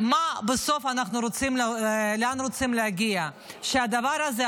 לאן בסוף אנחנו רוצים להגיע: שהדבר הזה,